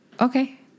Okay